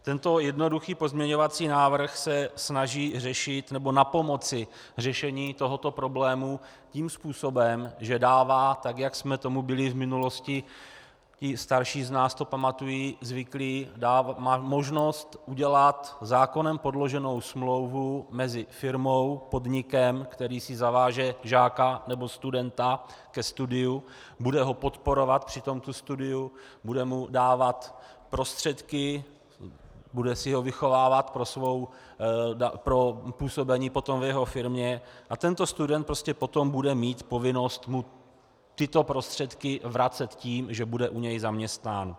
Tento jednoduchý pozměňovací návrh se snaží řešit, nebo napomoci řešení tohoto problému tím způsobem, že dává, tak jak jsme tomu byli v minulosti, ti starší z nás to pamatují, zvyklí, možnost udělat zákonem podloženou smlouvu mezi firmou, podnikem, který si zaváže žáka nebo studenta ke studiu, bude ho při tomto studiu podporovat, bude mu dávat prostředky, bude si ho vychovávat pro působení potom v jeho firmě, a tento student potom bude mít povinnost mu tyto prostředky vracet tím, že bude u něj zaměstnán.